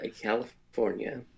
California